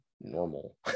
normal